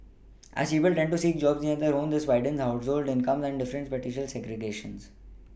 as people tend to seek jobs near their homes this widens household income differences and spatial segregation